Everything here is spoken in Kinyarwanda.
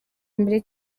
mbere